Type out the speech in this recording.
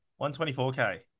124K